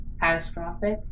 catastrophic